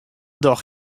doch